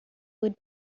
would